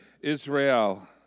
Israel